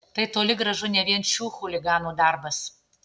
tai toli gražu ne vien šių chuliganų darbas